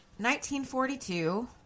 1942